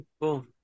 cool